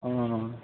অঁ